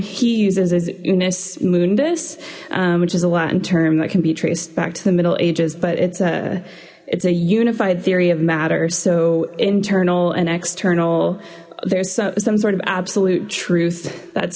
he uses as unis moon this which is a lot in term that can be traced back to the middle ages but it's a it's a unified theory of matter so internal and external there's some sort of absolute truth that's